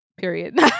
period